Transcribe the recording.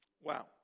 Wow